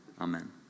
Amen